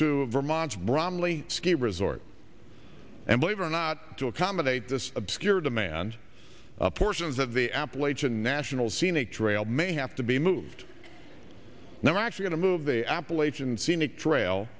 to vermont's bromley ski resort and believe it or not to accommodate this obscure demand portions of the appalachian national scene a trail may have to be moved now actually to move the appalachian scenic trail